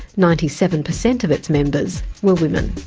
ninety-seven per cent of its members were women.